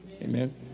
Amen